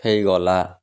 ହେଇ ଗଲା